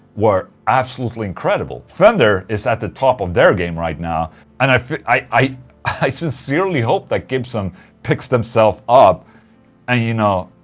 were absolutely incredible fender is at the top of their game right now and i i sincerely hope that gibson picks themself up and you know,